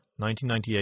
1998